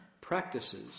practices